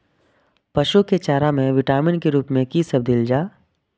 पशु के चारा में विटामिन के रूप में कि सब देल जा?